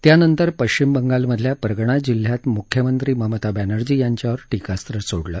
त्यानंतर पश्चिम बंगालमधल्या परगणा जिल्ह्यात मुख्यमंत्री ममता बॅनर्जी यांच्यावर टीकास्त्र सोडलं